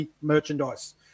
merchandise